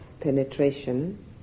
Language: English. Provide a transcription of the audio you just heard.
penetration